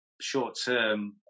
short-term